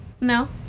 No